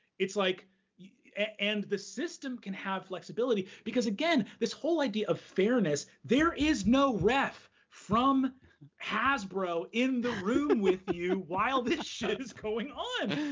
like yeah and the system can have flexibility because, again, this whole idea of fairness, there is no ref from hasbro in the room with you while this shit is going on.